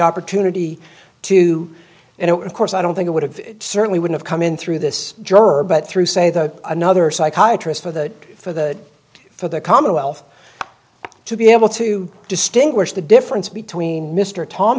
opportunity to and of course i don't think it would have certainly would have come in through this juror but through say the another psychiatrist for the for the for the commonwealth to be able to distinguish the difference between mr thom